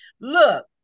Look